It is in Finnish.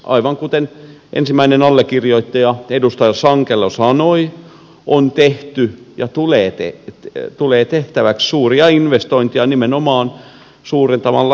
aivan kuten ensimmäinen allekirjoittaja edustaja sankelo sanoi on tehty ja tulee tehtäväksi suuria investointeja nimenomaan suurentamalla häkkikokoa